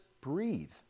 breathe